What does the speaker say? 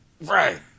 right